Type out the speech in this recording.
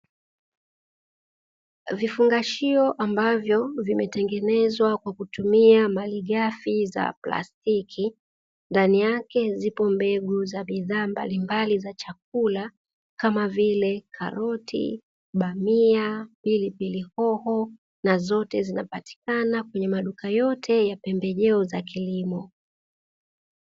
Vifungashio ambavyo vimetengenezwa kwa kutumia malighafi za plastiki, ndani yake zipo mbegu za bidhaa mbalimbali za chakula kama vile karoti, bamia, pilipili hoho na zote zinapatikana kwenye maduka yote ya pembejeo za kilimo.